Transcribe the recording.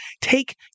take